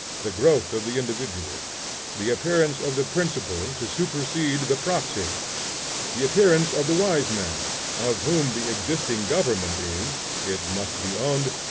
the growth of the individual the appearance of the principal to supersede the proxy the appearance of the wise man of whom the existing government is, it must be owned,